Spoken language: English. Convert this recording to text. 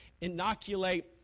inoculate